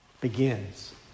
begins